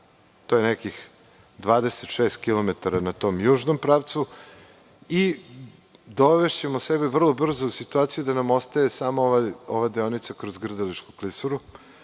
To je nekih 26 kilometara na tom južnom pravcu i dovešćemo sebe vrlo brzo u situaciju da nam ostaje samo ova deonica kroz Grdeličku Klisuru.